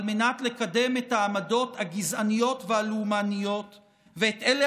מנת לקדם את העמדות הגזעניות והלאומניות ואת אלה